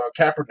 Kaepernick